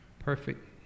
Perfect